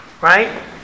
Right